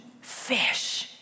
fish